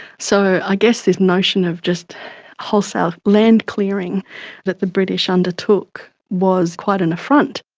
so i guess this notion of just wholesale land-clearing that the british undertook was quite an affront.